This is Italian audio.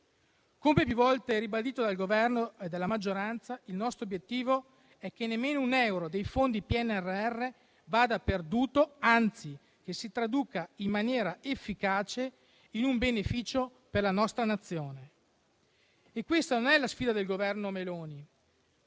Come più volte ribadito dal Governo e dalla maggioranza, il nostro obiettivo è che nemmeno un euro dei fondi PNRR vada perduto, ma anzi si traduca in maniera efficace in un beneficio per la nostra Nazione. Questa non è la sfida del Governo Meloni,